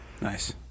Nice